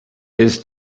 his